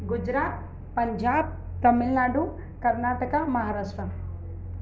Gujarat Punjab Tamil Nadu Karnataka Maharashtra